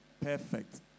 Perfect